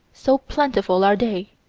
so plentiful are they.